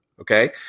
Okay